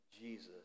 Jesus